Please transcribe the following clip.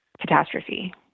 catastrophe